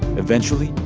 eventually,